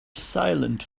silent